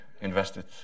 invested